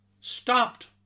stopped